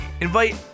Invite